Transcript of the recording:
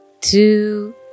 two